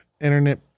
internet